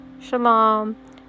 shalom